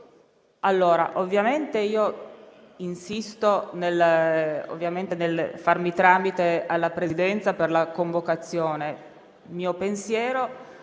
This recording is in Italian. Boccia, ovviamente insisterò nel farmi tramite con la Presidenza per la convocazione. Il mio pensiero